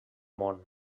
món